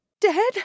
Dead